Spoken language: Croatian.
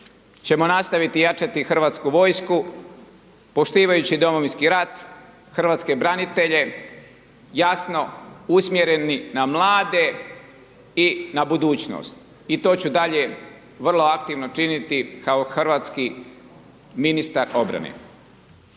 ćemo nastaviti jačati Hrvatsku vojsku, poštivajući Domovinski rat, hrvatske branitelje, jasno usmjereni na mlade i na budućnost i to ću dalje vrlo aktivno činiti kao hrvatski ministar obrane.